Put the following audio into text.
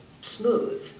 smooth